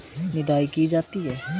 निदाई की जाती है?